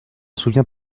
souviens